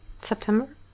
September